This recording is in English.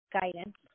guidance